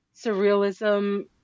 surrealism